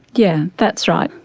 yeah that's right.